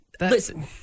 Listen